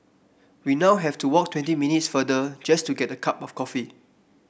we now have to walk twenty minutes further just to get a cup of coffee